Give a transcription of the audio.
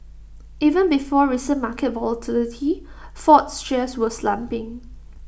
even before recent market volatility Ford's shares were slumping